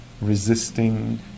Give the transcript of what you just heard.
resisting